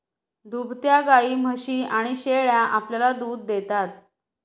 दुभत्या गायी, म्हशी आणि शेळ्या आपल्याला दूध देतात